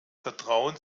vertrauen